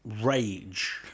Rage